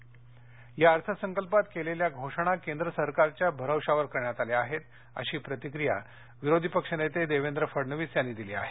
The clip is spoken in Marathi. प्रतिक्रिया फडणवीस या अर्थ संकल्पात केलेल्या घोषणा केंद्र सरकारच्या भरवशावर करण्यात आल्या आहेत अशी प्रतिक्रिया विरोधी पक्षनेते देवेंद्र फडणवीस यांनी दिली आहे